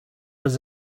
does